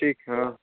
ठीक है